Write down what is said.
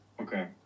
Okay